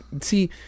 See